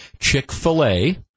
Chick-fil-A